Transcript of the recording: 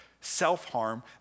self-harm